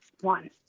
one